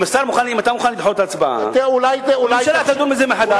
אם אתה מוכן לדחות את ההצבעה והממשלה תדון בזה מחדש,